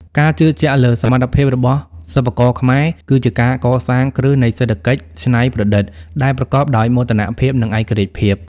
ការជឿជាក់លើសមត្ថភាពរបស់សិប្បករខ្មែរ គឺជាការកសាងគ្រឹះនៃសេដ្ឋកិច្ចច្នៃប្រឌិតដែលប្រកបដោយមោទនភាព និងឯករាជ្យភាព។